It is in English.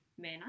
men